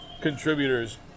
contributors